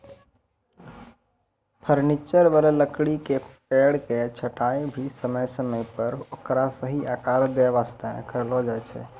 furniture वाला लकड़ी के पेड़ के छंटाई भी समय समय पर ओकरा सही आकार दै वास्तॅ करलो जाय छै